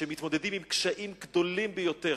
שמתמודדים עם קשיים גדולים ביותר.